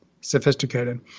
sophisticated